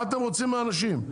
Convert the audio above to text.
מה אתם רוצים מאנשים?